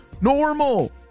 normal